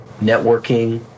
networking